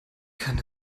kann